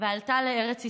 ועלתה לארץ ישראל,